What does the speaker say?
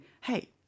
Hey